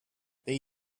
they